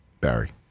Barry